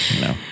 No